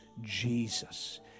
Jesus